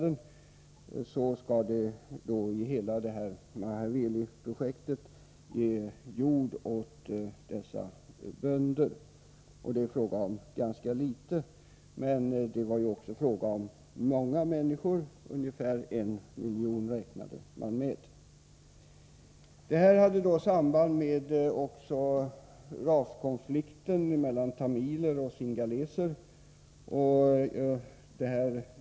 Det är ju meningen att hela Mahaweli-projektet skall ge jord och bevattning åt bönderna. Man räknar med att ungefär en miljon människor skall få nog med jord för att kunna försörja sig. Det fanns också samband mellan detta och raskonflikten mellan tamiler och senegaleser.